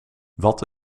wat